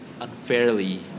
unfairly